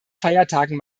feiertagen